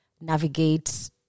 navigate